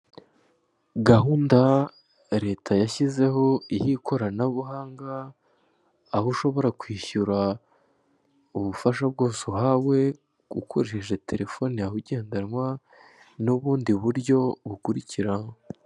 Gahunda leta yashyizeho y'ikoranabuhanga, aho ushobora kwishyura ubufasha bwose uhawe ukoresheje terefone yawe igendanwa n'ubundi buryo bukurikira.